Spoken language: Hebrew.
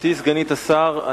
גברתי סגנית השר,